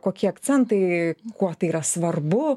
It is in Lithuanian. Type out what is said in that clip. kokie akcentai kuo tai yra svarbu